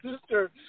sister